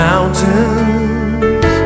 Mountains